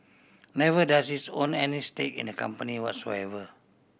never does it's own any stake in the company whatsoever